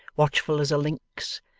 watchful as a lynx,